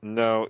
no